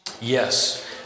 Yes